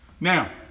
Now